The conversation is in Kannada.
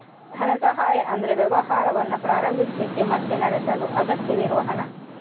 ಧನ ಸಹಾಯ ಅಂದ್ರೆ ವ್ಯವಹಾರವನ್ನ ಪ್ರಾರಂಭಿಸ್ಲಿಕ್ಕೆ ಮತ್ತೆ ನಡೆಸಲು ಅಗತ್ಯವಿರುವ ಹಣ